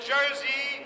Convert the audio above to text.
Jersey